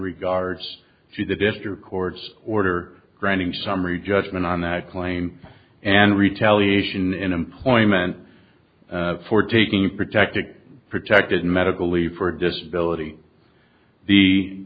regards to the district court's order granting summary judgment on that claim and retaliation in employment for taking protective protected medical leave for disability the